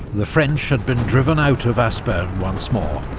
the french had been driven out of aspern once more.